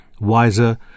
wiser